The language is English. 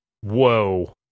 Whoa